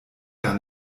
gar